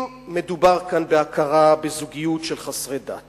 אם מדובר כאן בהכרה בזוגיות של חסרי דת